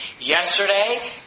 yesterday